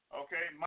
okay